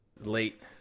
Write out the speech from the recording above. late